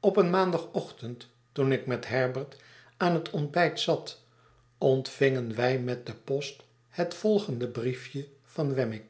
op een maandagochtend toen ik met herbert aan het ontbijt zat ontvingen wij met de post het volgende brief je van